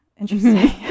interesting